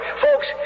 Folks